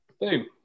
Boom